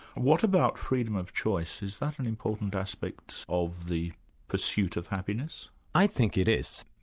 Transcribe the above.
what about freedom of choice? is that an important aspect of the pursuit of happiness? i think it is.